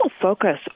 focus